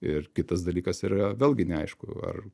ir kitas dalykas yra vėlgi neaišku ar